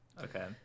Okay